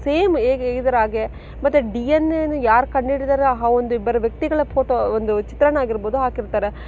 same ಹೇಗೆ ಇದರ ಹಾಗೆ ಮತ್ತೆ ಡಿ ಎನ್ ಎನ ಯಾರು ಕಂಡು ಹಿಡಿದರೋ ಆ ಒಂದು ಇಬ್ಬರ ವ್ಯಕ್ತಿಗಳ ಫೋಟೋ ಒಂದು ಚಿತ್ರಣ ಆಗಿರ್ಬೋದು ಹಾಕಿರ್ತಾರೆ